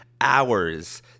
hours